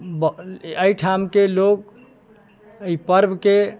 एहिठामके लोक एहि पर्बके